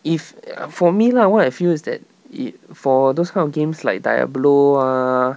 if for me lah what I feel is that it for those kind of games like diablo ah